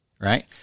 right